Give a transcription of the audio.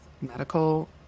medical